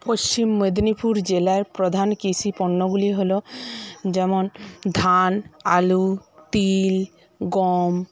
পশ্চিম মেদিনীপুর জেলার প্রধান কৃষিপণ্যগুলি হল যেমন ধান আলু তিল গম